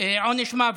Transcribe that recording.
עונש מוות.